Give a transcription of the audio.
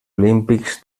olímpics